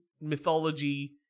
mythology